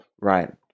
Right